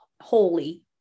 holy